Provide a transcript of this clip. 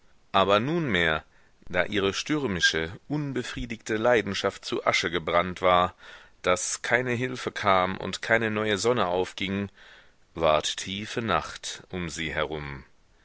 aber nunmehr da ihre stürmische unbefriedigte leidenschaft zu asche gebrannt war das keine hilfe kam und keine neue sonne aufging ward tiefe nacht um sie herum